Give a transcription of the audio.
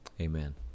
amen